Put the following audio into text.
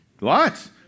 Lots